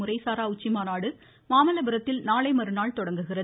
முறைசாரா உச்சிமாநாடு மாமல்லபுரத்தில் நாளை மறுநாள் தொடங்குகிறது